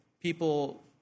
people